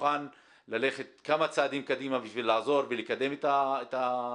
מוכן ללכת כמה צעדים קדימה בשביל לעזור ולקדם את הנושא.